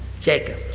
Jacob